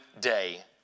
day